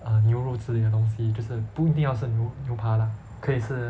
err 牛肉之类的东西就是不一定要是牛排啦可以是